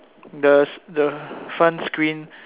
the the front screen